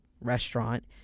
restaurant